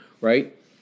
right